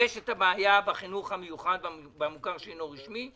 יש בעיה בחינוך המיוחד במוכר שאינו רשמי,